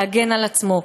להגן על עצמו.